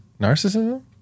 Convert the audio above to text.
narcissism